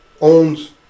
Owns